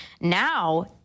Now